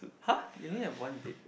!huh! you only had one date